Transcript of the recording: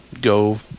go